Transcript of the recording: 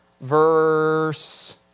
verse